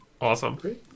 Awesome